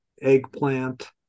eggplant